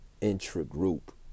intra-group